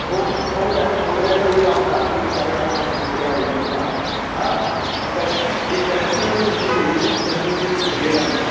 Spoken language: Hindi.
हो हो जाए हो जाएगा भैया आप डाकूमेंट सारे डाकूमेंट ले कर आइए अपना हाँ और कै एक कैंसल चेक भी चाहिए कैंसल चेक भूलिएगा नहीं